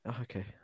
Okay